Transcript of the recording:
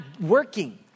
working